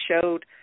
showed